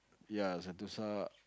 ya sentosa